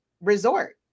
resort